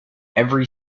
every